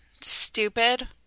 Stupid